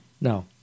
No